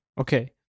okay